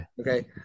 Okay